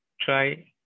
try